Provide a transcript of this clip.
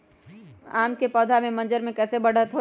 आम क पौधा म मजर म कैसे बढ़त होई?